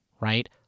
right